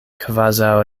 kvazaŭ